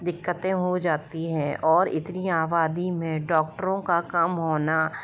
दिक्कतें हो जाती है ओर इतनी आबादी मे डॉक्टरों का कम होना